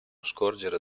scorgere